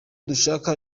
dushaka